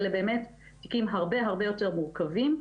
אלה באמת תיקים הרבה הרבה יותר מורכבים,